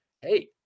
Hey